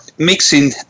mixing